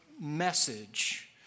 Message